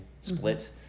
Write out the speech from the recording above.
split